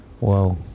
Wow